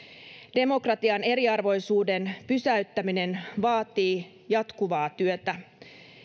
demokratian eriarvoisuuden pysäyttäminen vaatii jatkuvaa työtä